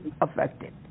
affected